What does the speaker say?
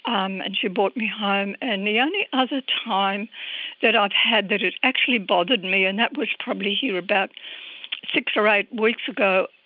um and she brought me home. and the only other time that i've had that it actually bothered me and that was probably about six or eight weeks ago,